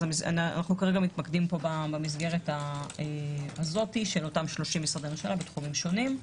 אנחנו כרגע מתמקדים פה במסגרת אותם 30 משרדי ממשלה בתחומים שונים.